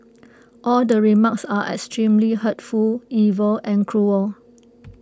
all the remarks are extremely hurtful evil and cruel